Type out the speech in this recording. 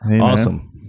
Awesome